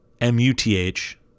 M-U-T-H